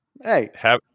hey